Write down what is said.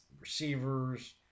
receivers